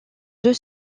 deux